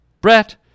Brett